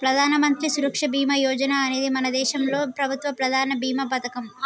ప్రధానమంత్రి సురక్ష బీమా యోజన అనేది మన భారతదేశంలో ప్రభుత్వ ప్రధాన భీమా పథకం